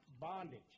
bondage